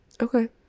Okay